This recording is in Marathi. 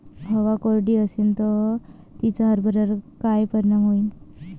हवा कोरडी अशीन त तिचा हरभऱ्यावर काय परिणाम होईन?